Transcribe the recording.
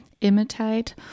imitate